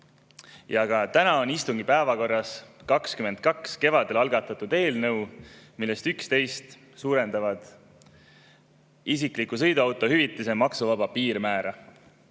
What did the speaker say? Ka täna on istungi päevakorras 22 kevadel algatatud eelnõu, millest 11 suurendavad isikliku sõiduauto hüvitise maksuvaba piirmäära,